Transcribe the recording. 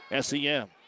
SEM